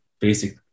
basic